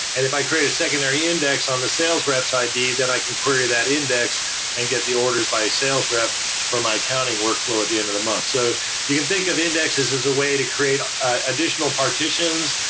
if i create a secondary index on the sales rep's id, then i can query that index and get the orders by a sales rep for my accounting workflow at the end of the month. so you can think of indexes as a way to create additional partitions,